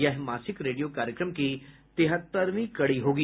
यह मासिक रेडियो कार्यक्रम की तिहत्तरवीं कड़ी होगी